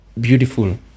beautiful